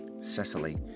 Cecily